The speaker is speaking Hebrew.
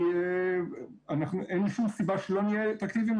כי אין שום סיבה שלא נהיה אטרקטיביים.